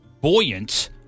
buoyant